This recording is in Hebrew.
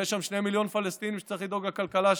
ויש שם 2 מיליון פלסטינים שצריך לדאוג לכלכלה שלהם,